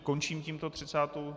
Končím tímto třicátou...